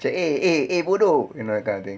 macam eh eh eh bodoh you know that kind of thing